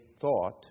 thought